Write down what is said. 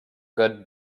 good